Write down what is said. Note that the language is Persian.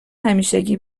همیشگی